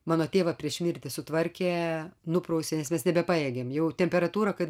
mano tėvą prieš mirtį sutvarkė nuprausė nes mes nebepajėgėm jau temperatūrą kad